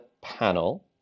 panel